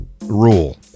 rule